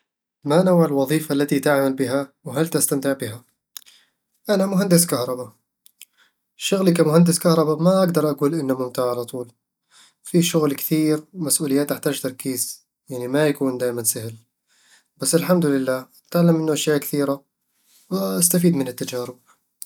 ما نوع الوظيفة التي تعمل بها؟ وهل تستمتع بها؟ انا مهندس كهربا شغلي كـ مهندس كهربا ما أقدر أقول إنه ممتع على طول فيه شغل كثير ومسؤوليات تحتاج تركيز، يعني ما يكون دايمًا سهل بس الحمد لله أتعلم منه أشياء كثيرة وأستفيد من التجارب